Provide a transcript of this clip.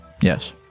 Yes